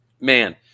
man